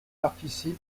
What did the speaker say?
participe